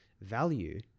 value